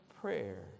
prayer